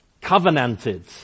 covenanted